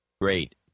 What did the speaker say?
Great